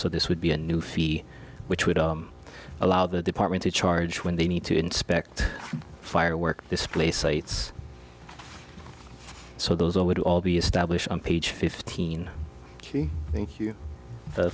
so this would be a new fee which would allow the department to charge when they need to inspect firework display sites so those all would all be established on page fifteen thank you